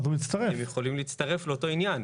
אז הם יכולים להצטרף לאותו עניין.